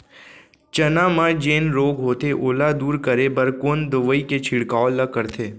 चना म जेन रोग होथे ओला दूर करे बर कोन दवई के छिड़काव ल करथे?